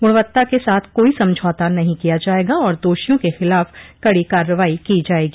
गुणवत्ता के साथ कोई समझौता नहीं किया जायेगा और दोषियों के खिलाफ कड़ी कार्रवाई की जायेगी